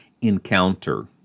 encounter